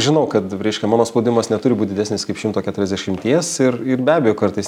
žinau kad vreiškia mano spaudimas neturi būt didesnis kaip šimto keturiasdešimties ir ir be abejo kartais